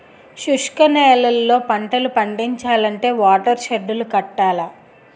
శుష్క నేలల్లో పంటలు పండించాలంటే వాటర్ షెడ్ లు కట్టాల